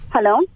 Hello